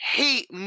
hate